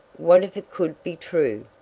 what if it could be true,